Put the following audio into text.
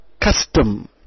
custom